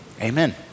Amen